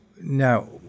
Now